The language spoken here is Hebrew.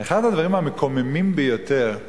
אחד הדברים המקוממים ביותר.